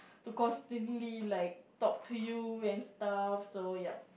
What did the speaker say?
to constantly like talk to you and stuff so yep